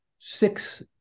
six